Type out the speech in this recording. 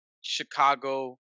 Chicago